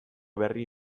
berri